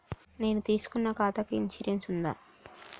నేను తీసుకున్న ఖాతాకి ఇన్సూరెన్స్ ఉందా?